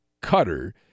Cutter